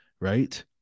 right